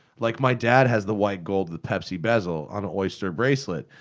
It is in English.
like, my dad has the white gold of the pepsi bezel on an oyster bracelet,